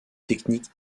technique